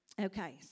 Okay